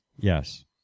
Yes